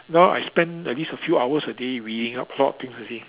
now I spend at least a few hours a day reading up a lot of things you see